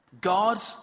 God